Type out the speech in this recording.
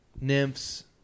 nymphs